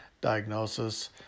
diagnosis